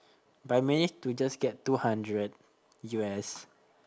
but I manage to just get two hundred U_S